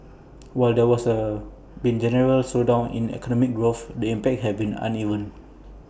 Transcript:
while there was A been general slowdown in economic growth the impact has been uneven